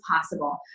possible